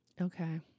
Okay